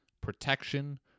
protection